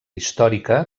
històrica